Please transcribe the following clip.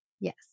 Yes